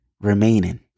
remaining